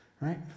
Right